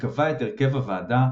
שקבע את הרכב הוועדה,